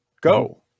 go